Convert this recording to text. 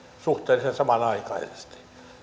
suhteellisen samanaikaisesti